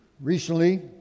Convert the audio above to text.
Recently